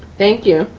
thank you.